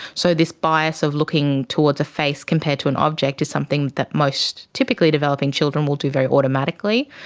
so this bias of looking towards a face compared to an object is something that most typically developing children will do very automatically,